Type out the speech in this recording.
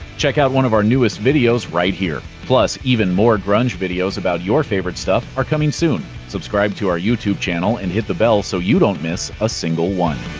check out one of our newest videos right here! plus, even more grunge videos about your favorite stuff are coming soon. subscribe to our youtube channel and hit the bell so you don't miss a single one.